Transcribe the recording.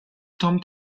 том